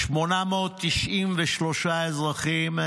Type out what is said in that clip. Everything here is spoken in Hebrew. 893 אזרחים.